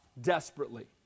desperately